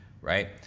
right